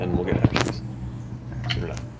and we'll get ashley's soon enough.